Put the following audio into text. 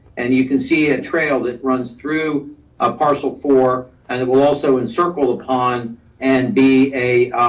and you can see a trail that runs through a parcel four, and that will also encircle upon and be a,